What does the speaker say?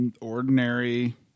ordinary